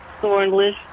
thornless